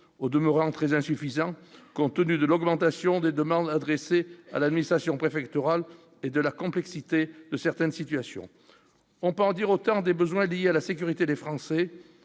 au demeurant très insuffisant compte tenu de l'augmentation des demandes adressées à la mi-station préfectorale et de la complexité de certaines situations, on peut en dire autant des besoins liés à la sécurité des Français,